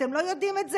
אתם לא יודעים את זה?